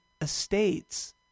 estates